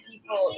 people